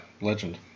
Legend